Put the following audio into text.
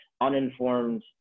uninformed